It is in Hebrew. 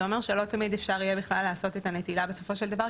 זה אומר שלא תמיד אפשר יהיה בכלל לעשות את הנטילה בסופו של דבר.